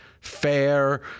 fair